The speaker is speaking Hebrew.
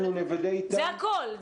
זה הכול.